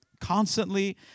constantly